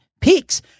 Peaks